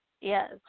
Yes